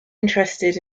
interested